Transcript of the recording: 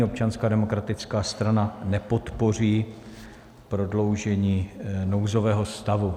Občanská demokratická strana nepodpoří prodloužení nouzového stavu.